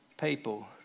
people